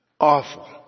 Awful